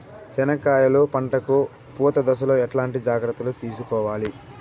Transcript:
చెనక్కాయలు పంట కు పూత దశలో ఎట్లాంటి జాగ్రత్తలు తీసుకోవాలి?